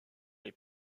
est